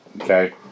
okay